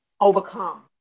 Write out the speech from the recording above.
overcome